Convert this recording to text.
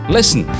Listen